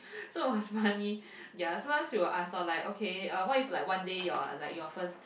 so was money ya sometimes he will ask loh like okay uh what if one day your like your first